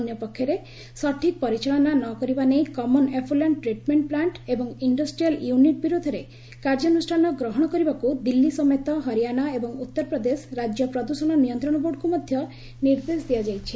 ଅନ୍ୟ ପକ୍ଷରେ ସଠିକ୍ ପରିଚାଳନା ନ କରିବା ନେଇ କମନ୍ ଏଫୁଲେଣ୍ଟ୍ ଟ୍ରିଟ୍ମେଣ୍ଟ ପ୍ଲାଷ୍ଟ୍ ଏବଂ ଇଣ୍ଡଷ୍ଟ୍ରିଆଲ୍ ୟୁନିଟ୍ ବିରୋଧରେ କାର୍ଯ୍ୟାନୁଷ୍ଠାନ ଗ୍ରହଣ କରିବାକୁ ଦିଲ୍ଲୀ ସମେତ ହରିଆଣା ଏବଂ ଉତ୍ତରପ୍ରଦେଶ ରାଜ୍ୟ ପ୍ରଦୃଷଣ ନିୟନ୍ତ୍ରଣ ବୋର୍ଡକୁ ମଧ୍ୟ ନିର୍ଦ୍ଦେଶ ଦିଆଯାଇଛି